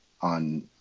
on